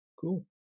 cool